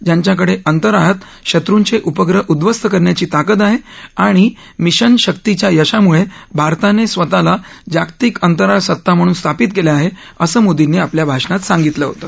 ज्यांच्याकडे अंतराळात शत्रूंचे उपग्रह उध्वस्त करण्याची ताकद आहे आणि मिशन शक्तीच्या यशामुळे भारताने स्वतःला जागतिक अंतराळ सत्ता म्हणून स्थापित केले आहे असं मोदींनी आपल्या भाषणात सांगितलं होतं